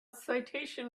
citation